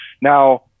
Now